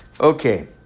Okay